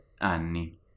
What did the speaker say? anni